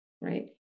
right